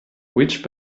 which